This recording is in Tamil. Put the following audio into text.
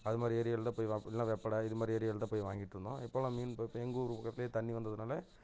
அதுமாதிரி ஏரியாவில் தான் போய் வாங்கணும் இல்லைனா வெப்படை இதுமாதிரி ஏரியாவில் தான் போய் வாங்கிட்டு இருந்தோம் இப்போலாம் மீன் எங்கூரு பக்கத்தில் தண்ணி வந்ததுனால்